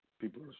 people